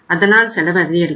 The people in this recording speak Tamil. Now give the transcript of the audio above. அதனால் செலவு அதிகரிக்கும்